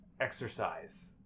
exercise